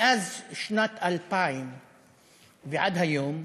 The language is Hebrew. מאז שנת 2000 ועד היום,